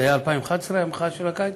זה היה 2011, המחאה של הקיץ?